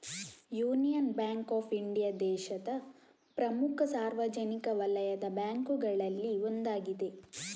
union bank of India ದೇಶದ ಪ್ರಮುಖ ಸಾರ್ವಜನಿಕ ವಲಯದ ಬ್ಯಾಂಕುಗಳಲ್ಲಿ ಒಂದಾಗಿದೆ